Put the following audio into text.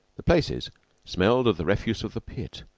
the places smelled of the refuse of the pit,